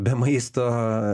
be maisto